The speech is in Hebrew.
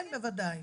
כן, בוודאי.